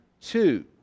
two